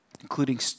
including